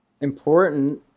important